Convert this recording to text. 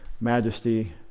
Majesty